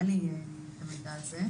אין לי את המידע הזה.